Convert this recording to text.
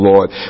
Lord